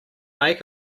make